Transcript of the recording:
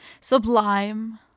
sublime